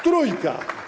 Trójka.